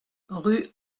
rue